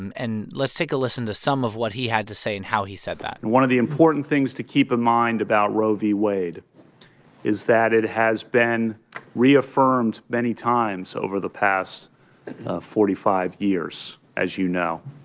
and and let's take a listen to some of what he had to say and how he said that and one of the important things to keep in mind about roe v. wade is that it has been reaffirmed many times over the past forty five years, as you know,